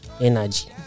Energy